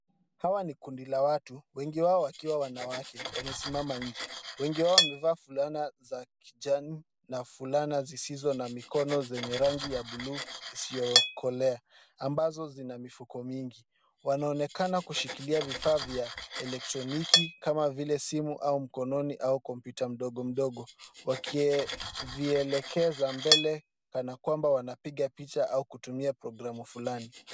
Hawa ni kundi la watu, wengi wao wakiwa wanawake wamesimama nje. Wengi wao wamevaa fulana za kijani na fulani zisizo na mikono zenye rangu ya bluu isiyokolea ambazo zina mifuko mingi. Wanaonekana kushikilia vifaa vya elektroniki kama vile simu au mkononi au kompyuta ndogo ndogo wakivielekeza mbele kana kwamba wanapiga picha au kutumia programu fulani.